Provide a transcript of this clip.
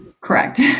Correct